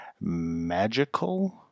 magical